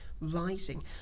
rising